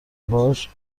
باهاش